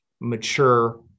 mature